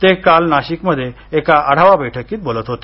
ते काल नाशिकमध्ये एका आढावा बैठकीत बोलत होते